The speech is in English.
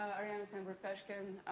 ariana samberg-theshkin,